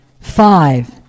Five